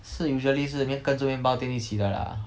是 usually 是面跟着面包店一起的啦